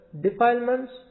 defilements